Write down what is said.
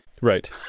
Right